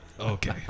Okay